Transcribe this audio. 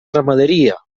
ramaderia